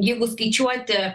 jeigu skaičiuoti